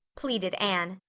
pleaded anne.